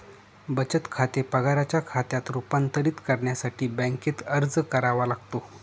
बचत खाते पगाराच्या खात्यात रूपांतरित करण्यासाठी बँकेत अर्ज करावा लागतो